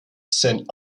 sent